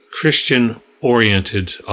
Christian-oriented